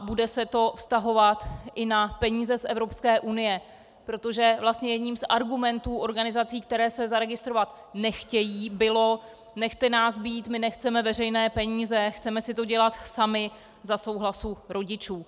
Bude se to vztahovat i na peníze z Evropské unie, protože vlastně jedním z argumentů organizací, které se zaregistrovat nechtějí, bylo nechte nás být, my nechceme veřejné peníze, chceme si to dělat samy za souhlasu rodičů.